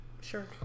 Sure